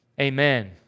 amen